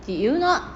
did you not